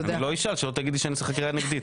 אני לא אשאל, שלא תגידי שאני עושה חקירה נגדית.